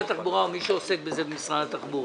התחבורה או מי שעוסק בזה במשרד התחבורה,